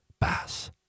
Bass